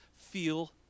feel